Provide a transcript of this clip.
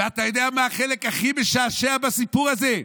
ואתה יודע מה החלק הכי משעשע בסיפור הזה?